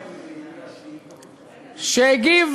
שהגיב,